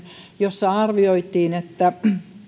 jossa arvioitiin että